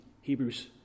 Hebrews